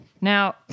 Now